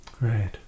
Right